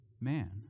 man